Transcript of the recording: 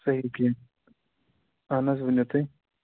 صحی کیٚنٛہہ اَہن حظ ؤنِو تُہۍ